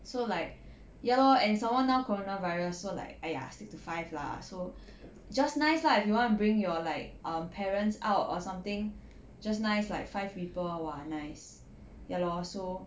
so like ya lor and some more now corona virus so like !aiya! stick to five lah so just nice lah if you want to bring your like err parents out or something just nice like five people !wah! nice ya lor so